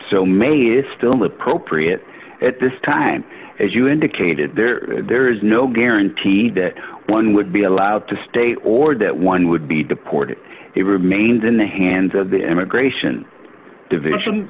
still appropriate at this time as you indicated there there is no guaranteed that one would be allowed to stay or do that one would be deported he remained in the hands of the immigration division